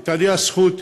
הייתה לי הזכות,